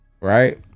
Right